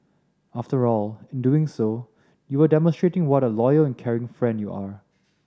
after all in doing so you are demonstrating what a loyal and caring friend you are